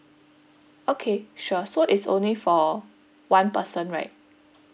okay sure so it's only for one person right